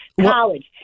college